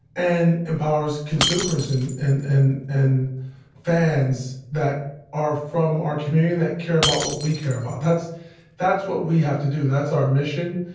and empowers consumers and and and and fans that are from our community and that care about what we care about. that's that's what we have to do. that's our mission.